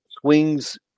swings